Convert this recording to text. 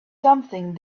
something